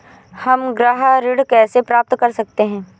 हम गृह ऋण कैसे प्राप्त कर सकते हैं?